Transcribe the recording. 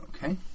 Okay